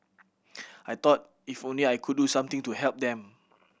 I thought if only I could do something to help them